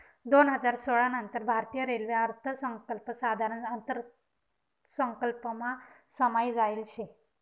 दोन हजार सोळा नंतर भारतीय रेल्वे अर्थसंकल्प साधारण अर्थसंकल्पमा समायी जायेल शे